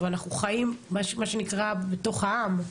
אבל אנחנו חיים מה שנקרא בתוך העם,